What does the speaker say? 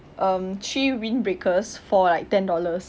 um three windbreakers for like ten dollars